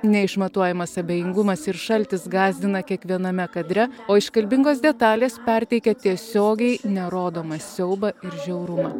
neišmatuojamas abejingumas ir šaltis gąsdina kiekviename kadre o iškalbingos detalės perteikia tiesiogiai nerodomą siaubą ir žiaurumą